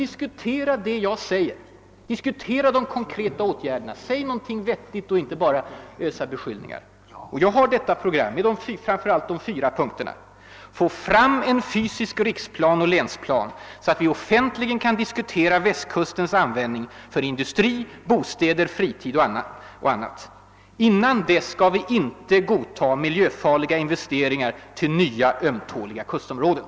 Diskutera nu i stället de konkreta åtgärder jag har föreslagit, säg någonting vettigt och kom inte bara med lösa beskyllningar! Jag har alltså framfört ett program med fyra punkter: Se för det första till att få fram en fysisk riksplan och länsplan så att vi offentligt kan diskutera Västkustens användning för industri, bostäder, fritid och annat. Innan dess skall vi inte godta miljöfarliga investeringar i nya, ömtåliga kustområden.